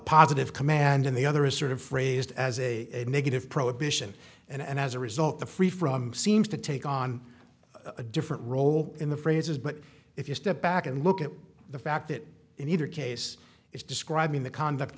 positive command and the other is sort of phrased as a negative prohibition and as a result the free from seems to take on a different role in the phrases but if you step back and look at the fact that in either case it's describing the conduct